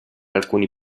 alcuni